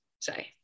say